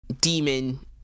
demon